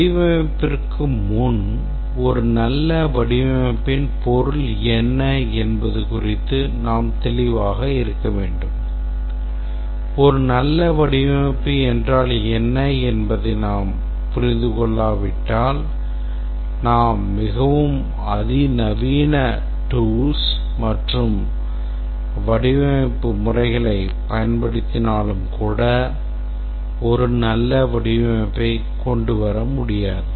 வடிவமைப்பிற்கு முன்பு ஒரு நல்ல வடிவமைப்பின் பொருள் என்ன என்பது குறித்து நாம் தெளிவாக இருக்க வேண்டும் ஒரு நல்ல வடிவமைப்பு என்றால் என்ன என்பதை நாம் புரிந்து கொள்ளாவிட்டால் நாம் மிகவும் அதிநவீன tools மற்றும் வடிவமைப்பு முறைகளைப் பயன்படுத்தினாலும் கூட ஒரு நல்ல வடிவமைப்பைக் கொண்டு வர முடியாது